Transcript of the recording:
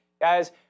Guys